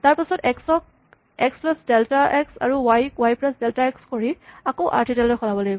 তাৰপাছত এক্স ক x plus delta x আৰু ৱাই ক ৱাই প্লাচ ডেল্টা ৱাই কৰি আকৌ আৰ থিতা লৈ সলাব লাগিব